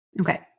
Okay